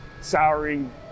souring